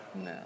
No